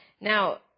now